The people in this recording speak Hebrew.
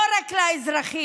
לא רק לאזרחים,